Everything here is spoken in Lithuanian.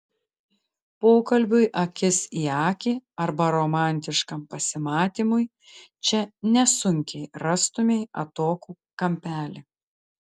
pokalbiui akis į akį arba romantiškam pasimatymui čia nesunkiai rastumei atokų kampelį